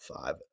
five